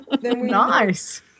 Nice